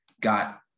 got